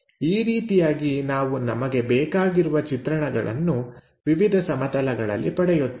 ಈ ರೀತಿಯಾಗಿ ನಾವು ನಮಗೆ ಬೇಕಾಗಿರುವ ಚಿತ್ರಣಗಳನ್ನು ವಿವಿಧ ಸಮತಲಗಳಲ್ಲಿ ಪಡೆಯುತ್ತೇವೆ